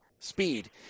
Speed